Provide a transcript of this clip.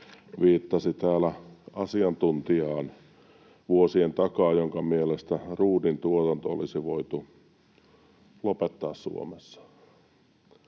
viittasi täällä asiantuntijaan vuosien takaa, jonka mielestä ruudin tuotanto olisi voitu lopettaa Suomessa.